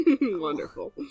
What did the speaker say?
Wonderful